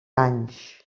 anys